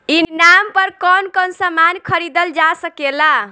ई नाम पर कौन कौन समान खरीदल जा सकेला?